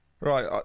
right